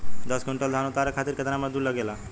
दस क्विंटल धान उतारे खातिर कितना मजदूरी लगे ला?